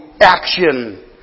action